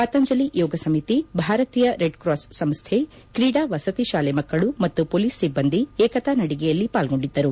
ಪತಂಜಲಿ ಯೋಗ ಸಮಿತಿ ಭಾರತೀಯ red cross ಸಂಸ್ಲೆ ಕ್ರೀಡಾ ವಸತಿ ಶಾಲೆ ಮಕ್ಕಳು ಮತ್ತು ಪೋಲಿಸ್ ಸಿಬ್ಬಂದಿ ಏಕತಾ ನಡಿಗೆಯಲ್ಲಿ ಪಾಲ್ಗೊಂಡಿದ್ದರು